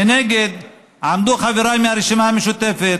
מנגד עמדו חבריי מהרשימה המשותפת